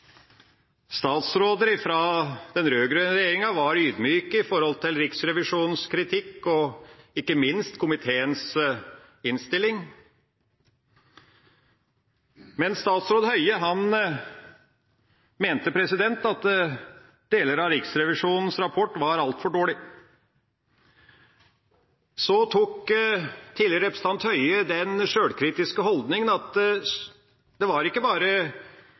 Statsråder fra den rød-grønne regjeringa var ydmyke når det gjaldt Riksrevisjonens kritikk og ikke minst når det gjaldt komiteens innstilling. Men statsråd Høie mente at deler av Riksrevisjonens rapport var altfor dårlig. Så tok den tidligere representanten Høie den sjølkritiske holdninga at det ikke bare